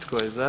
Tko je za?